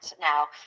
Now